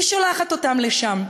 היא שולחת אותם לשם.